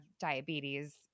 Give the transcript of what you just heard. diabetes